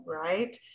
Right